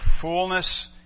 fullness